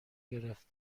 گرفت